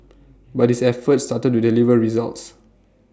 but his efforts started to deliver results